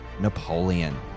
Napoleon